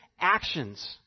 actions